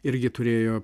irgi turėjo